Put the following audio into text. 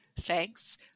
Thanks